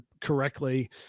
correctly